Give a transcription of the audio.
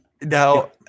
Now